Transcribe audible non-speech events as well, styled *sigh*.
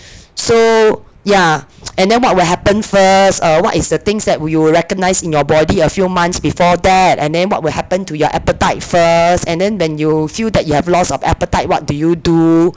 so ya *noise* and then what will happen first err what is the things that you will recognize in your body a few months before that and then what will happen to your appetite first and then when you feel that you have loss of appetite what do you do